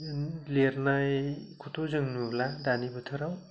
लिरनायखौथ' जों नुला दानि बोथोराव